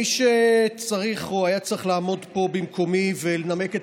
מי שצריך או היה צריך לעמוד פה במקומי ולנמק את